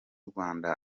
rwanda